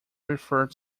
referred